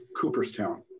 Cooperstown